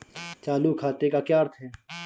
चालू खाते का क्या अर्थ है?